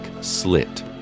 slit